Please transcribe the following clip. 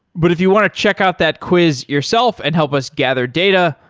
but if you want to check out that quiz yourself and help us gather data,